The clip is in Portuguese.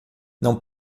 não